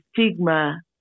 stigma